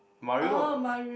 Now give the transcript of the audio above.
Mario